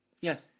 Yes